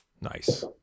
nice